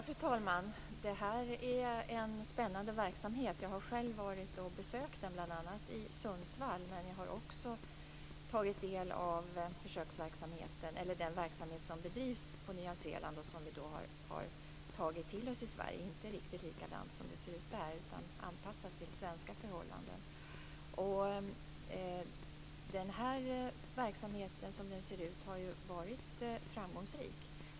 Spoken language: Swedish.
Fru talman! Det här är en spännande verksamhet. Jag har själv besökt bl.a. Sundsvall och tagit del av verksamheten. Jag har också tagit del av den verksamhet som bedrivs i Nya Zeeland och som vi tagit till oss i Sverige, inte riktigt likadant som där utan anpassad till svenska förhållanden. Den här verksamheten har som den ser ut varit framgångsrik.